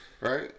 Right